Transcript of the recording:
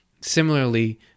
similarly